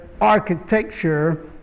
Architecture